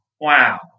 wow